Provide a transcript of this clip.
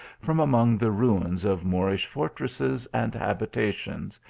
from among the ruins of moorish fortresses and habitations,